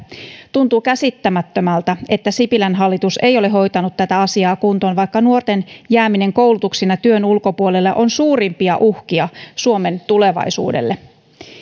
tuntuu käsittämättömältä että sipilän hallitus ei ole hoitanut tätä asiaa kuntoon vaikka nuorten jääminen koulutuksen ja työn ulkopuolelle on suurimpia uhkia suomen tulevaisuudelle